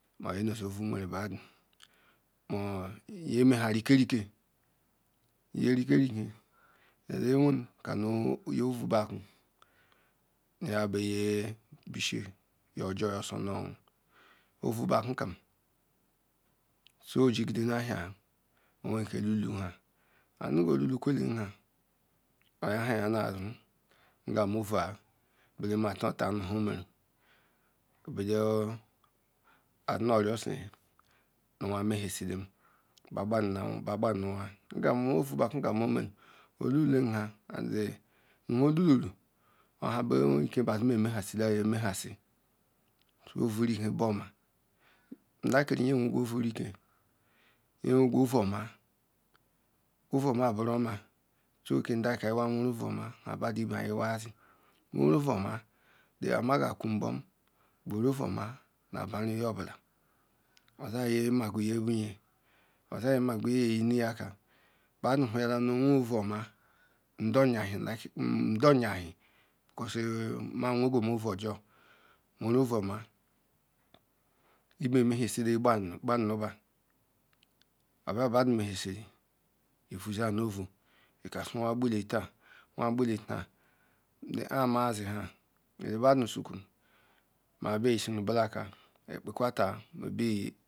Izen ovoi nweren badu or ovol bakwun nu ya ba yen bishi yo sonu won ovol bakwu kan so jikiri la ahan oya lulu nhan an mgan olula kwele nhan oya nu azun ngam ovol belan otatan nu wu omeru bedon ara sa nu wan me hinsilam ba lebanu an winya nyan olulu kwe nhan nwomdum ohan be sin emwhansi likem yin weran ovoi riken ovoloma boroma chu ki ke mda awa. Ka awa ovol oma han badon iben si weren ovol oldan banu yin boyin ozi yin ma eju yin yin yinipka badom whoya la wen ovol oma ma zinu odu ya hen iben wenyasi la kpan nuba ivozoi no vol ika ma bula dan mel bu la tan la ame si han bodon suckum ma bians hi nal aker ma be ikpa quolter.